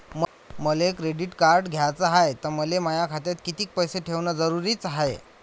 मले credit card घ्याचं हाय, त मले माया खात्यात कितीक पैसे ठेवणं जरुरीच हाय?